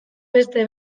beste